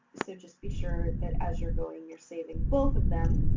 so, just be sure that as you're going you're saving both of them.